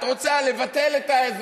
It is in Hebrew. את רוצה לבטל את זה.